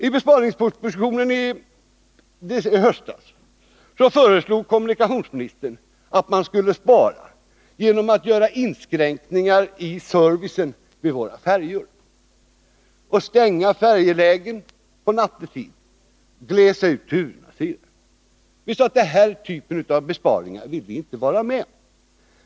I besparingspropositionen i höstas föreslog kommunikationsministern att man skulle spara genom att göra inskränkningar i servicen vid våra färjor genom att stänga färjelägen nattetid och glesa ut turerna. Den här typen av besparingar vill vi inte vara med om.